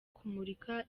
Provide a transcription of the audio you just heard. kumurika